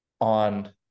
on